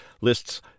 lists